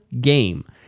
game